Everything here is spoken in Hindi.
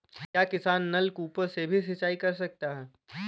क्या किसान नल कूपों से भी सिंचाई कर सकते हैं?